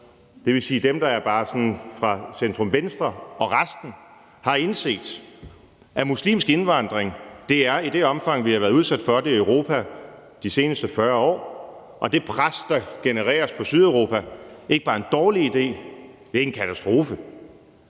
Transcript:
det vil sige dem, der er sådan centrum-venstre og resten, har indset, at muslimsk indvandring i det omfang, vi har været udsat for det i Europa de seneste 40 år, og det pres, det genererer på Sydeuropa, ikke bare en dårlig ide. Det er en katastrofe.